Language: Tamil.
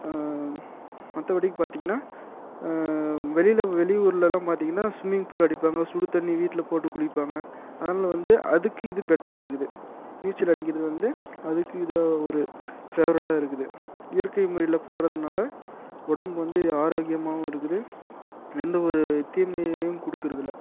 மற்றபடிக்கு பார்த்திங்கனா வெளியில் வெளி ஊரிலலாம் பார்த்திங்கனா ஸ்விம்மிங் பூல் அடிப்பாங்க சுடுத்தண்ணி வீட்டில் போட்டு குளிப்பாங்க அதில் வந்து அதுக்கு இது பெட்ராக இருக்குது நீச்சலடிகிறது வந்து அதுக்கு இது ஒரு ஃபேவரட்டாக இருக்குது இயற்கை முறையில் பண்றதினால உடம்பு வந்து ஆரோக்கியமாகவும் இருக்குது எந்த ஒரு தீமையையும் கொடுக்குறதும் இல்லை